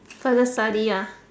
further study ah